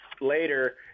later